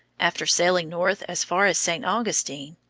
after sailing north as far as st. augustine,